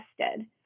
tested